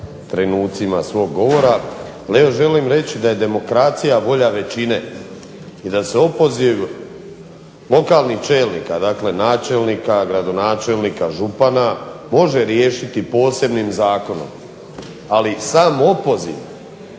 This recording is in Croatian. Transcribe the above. trenucima svog govora, želim reći da je demokracija volja većine, i da se opoziv lokalnih čelnika, dakle načelnika, gradonačelnika, župana može riješiti posebnim zakonom, ali sam opoziv